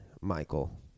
Michael